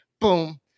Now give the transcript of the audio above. boom